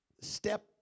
step